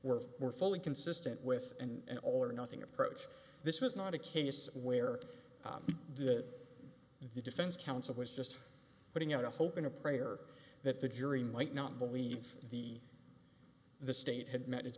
were were fully consistent with and all or nothing approach this was not a case where the the defense counsel was just putting out a hope and a prayer that the jury might not believe the the state had met